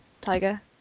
Tiger